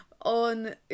On